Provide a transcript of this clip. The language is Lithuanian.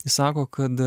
jis sako kad